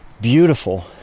beautiful